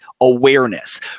awareness